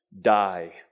die